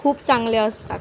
खूप चांगले असतात